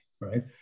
right